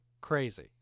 crazy